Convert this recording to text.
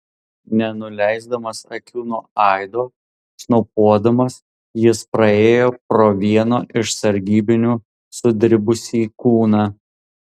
nenuleisdamas akių nuo aido šnopuodamas jis praėjo pro vieno iš sargybinių sudribusį kūną